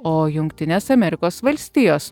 o jungtinės amerikos valstijos